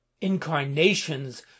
Incarnations